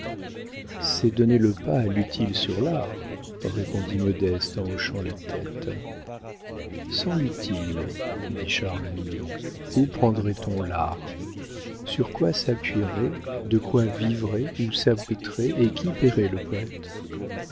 c'est donner le pas à l'utile sur l'art répondit modeste en hochant la tête sans l'utile dit charles mignon où prendrait on l'art sur quoi s'appuierait de quoi vivrait où s'abriterait et qui payerait le poëte